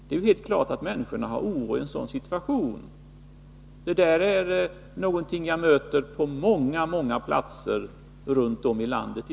Det är klart att människor känner oro i en sådan situation. Det är något som jag i dag möter på många, många platser runt om i landet.